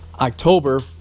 October